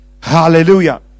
Hallelujah